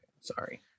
Sorry